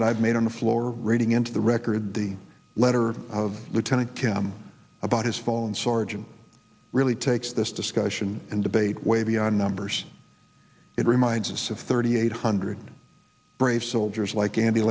that i've made on the floor reading into the record the letter of lieutenant tim about his fallen sergeant really takes this discussion and debate way beyond numbers it reminds us of thirty eight hundred brave soldiers like andy